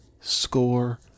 score